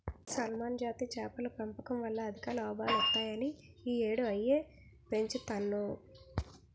salmon జాతి చేపల పెంపకం వల్ల అధిక లాభాలొత్తాయని ఈ యేడూ అయ్యే పెంచుతన్ను